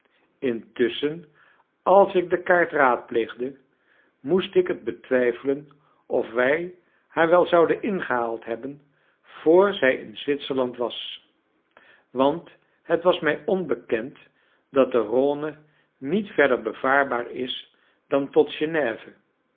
intusschen als ik de kaart raadpleegde moest ik het betwijfelen of wij haar wel zouden ingehaald hebben vr zij in zwitserland was want het was mij onbekend dat de rhône niet verder bevaarbaar is dan tot